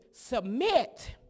submit